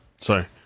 Sorry